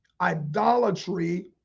idolatry